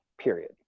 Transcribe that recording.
period